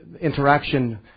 interaction